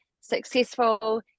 successful